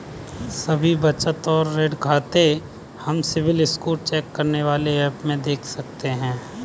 सभी बचत और ऋण खाते हम सिबिल स्कोर चेक करने वाले एप में देख सकते है